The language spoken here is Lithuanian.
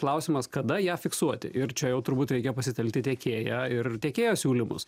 klausimas kada ją fiksuoti ir čia jau turbūt reikia pasitelkti tiekėję ir tiekėjo siūlymus